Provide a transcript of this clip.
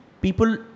people